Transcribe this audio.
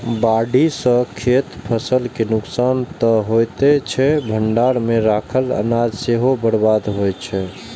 बाढ़ि सं खेतक फसल के नुकसान तं होइते छै, भंडार मे राखल अनाज सेहो बर्बाद होइ छै